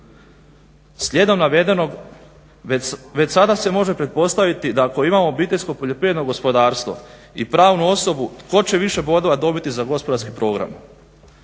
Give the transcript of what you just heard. Slijedom navedenog već sada se može pretpostaviti da ako imamo OPG i pravnu osobu tko će više bodova dobiti za gospodarski program.